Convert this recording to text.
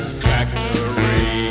factory